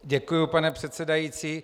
Děkuju, pane předsedající.